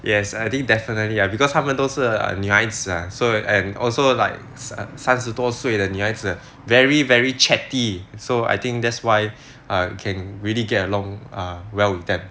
yes I think definitely ya because 她们都是女孩子 ah so and also like 三十多岁的女孩子 very very chatty so I think that's why err can really get along err well with them